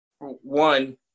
one